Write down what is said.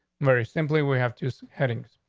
very simply. we have just heading.